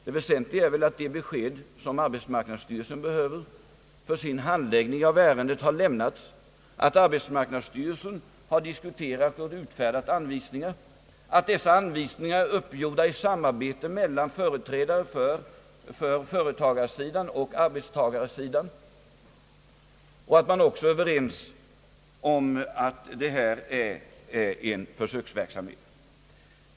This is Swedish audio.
Det väsentliga är väl att de besked som arbetsmarknadsstyrelsen behöver för sin handläggning av ärendet har lämnats, att arbetsmarknadsstyrelsen har diskuterat och utfärdat anvisningar, att dessa anvisningar uppgjorts i samarbete med företrädare för företagarsidan och arbetstagarsidan och att man är överens om att det hela är en försöksverksamhet.